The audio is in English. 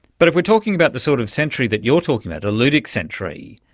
but if we're talking about the sort of century that you're talking about, a ludic century,